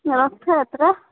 Rath Yatra